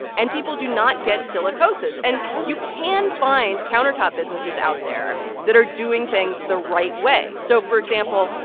and people do not get silicosis. and you can find countertop businesses out there that are doing things the right way. so for example,